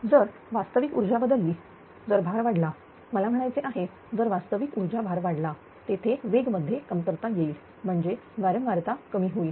तर जर वास्तविक ऊर्जा बदलली जर भार वाढला मला म्हणायचे आहे जर वास्तविक ऊर्जा भार वाढला तेथे वेग मध्ये कमतरता येईल म्हणजे वारंवारता कमी होईल